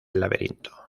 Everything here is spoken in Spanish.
laberinto